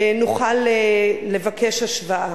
נוכל לבקש השוואה.